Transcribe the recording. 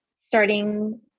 starting